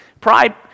Pride